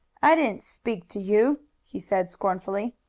i didn't speak to you, he said scornfully.